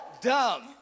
dumb